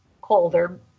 colder